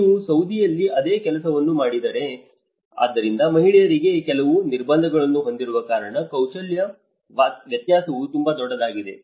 ನೀವು ಸೌದಿಯಲ್ಲಿ ಅದೇ ಕೆಲಸವನ್ನು ಮಾಡಿದರೆ ಆದ್ದರಿಂದ ಮಹಿಳೆಯರಿಗೆ ಕೆಲವು ನಿರ್ಬಂಧಗಳನ್ನು ಹೊಂದಿರುವ ಕಾರಣ ಕೌಶಲ್ಯ ವ್ಯತ್ಯಾಸವು ತುಂಬಾ ದೊಡ್ಡದಾಗಿದೆ